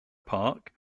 park